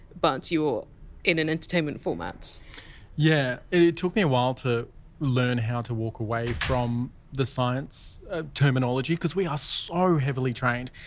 but you're in an entertainment format yeah, it took me a while to learn how to walk away from the science ah terminology, because we are ah so heavily trained,